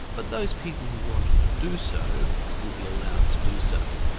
but those people who wanted to do so would be allowed to do so.